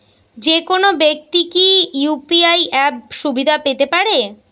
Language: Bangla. যেকোনো ব্যাক্তি কি ইউ.পি.আই অ্যাপ সুবিধা পেতে পারে?